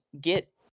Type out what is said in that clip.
get